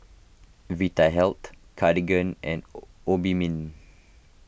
Vitahealth Cartigain and Obimin